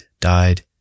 died